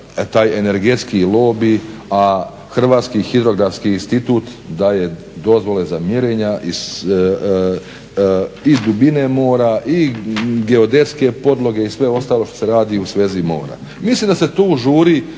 taj energetski lobij a Hrvatski hidrografski institut daje dozvole za mjerenja iz i dubine mora i geodetske podloge i sve ostalo što se radi u svezi mora. Mislim da se tu žuri